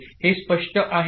हे स्पष्ट आहे का